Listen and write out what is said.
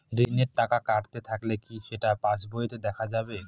ঋণের টাকা কাটতে থাকলে কি সেটা পাসবইতে দেখা যাবে?